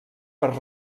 per